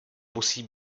musí